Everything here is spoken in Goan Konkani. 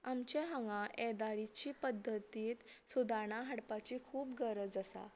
आमच्या हांगा येरादारीचे पद्दतीर सुधारणा हाडपाची खूब गरज आसा